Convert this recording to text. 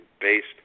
based